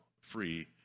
free